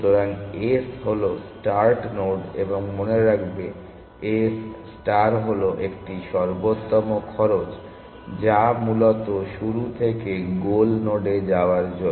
সুতরাং s হল start node এবং মনে রাখবে s ষ্টার হল একটি সর্বোত্তম খরচ যা মূলত শুরু থেকে গোল নোডে যাওয়ার জন্য